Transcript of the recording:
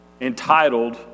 entitled